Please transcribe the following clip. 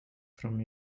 from